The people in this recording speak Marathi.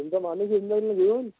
तुमचा माणूस येऊन जाईल ना घेऊन